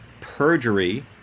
perjury